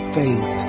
faith